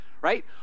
right